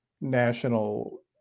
national